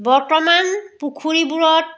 বৰ্তমান পুখুৰীবোৰত